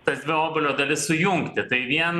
tas dvi obuolio dalis sujungti tai vien